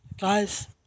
guys